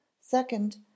Second